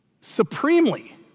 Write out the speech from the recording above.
supremely